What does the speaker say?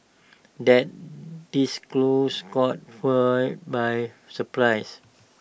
that disclose caught firms by surprise